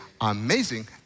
amazing